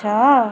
ଛଅ